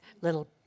little